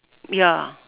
ya